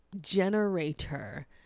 generator